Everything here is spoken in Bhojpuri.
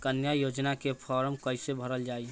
कन्या योजना के फारम् कैसे भरल जाई?